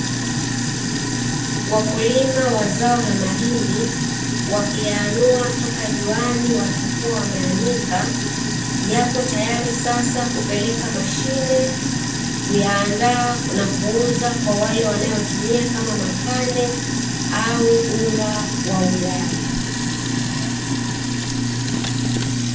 Wakulima wa zao la mahindi, wakiyaanua kutoka juaniwalipokuwa wameyaanika, Yapo tayari kupelekwa kwenye mashine kuyaandaa na kuyauza kwa wale wanayoyatumia kama makande au unga wa ugali.